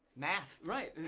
math. right,